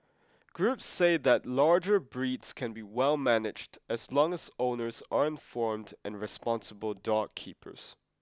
groups say that larger breeds can be well managed as long as owners are informed and responsible dog keepers